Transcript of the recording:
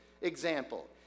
example